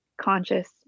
conscious